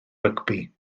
rygbi